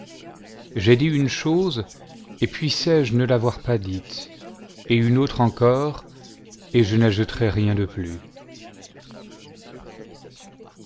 j'ai dit une chose et puisse-je ne l'avoir pas dite et une autre encore et je n'ajouterai rien de plus